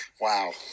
Wow